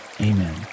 Amen